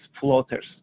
floaters